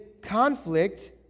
conflict